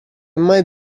mai